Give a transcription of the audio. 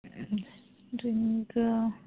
drink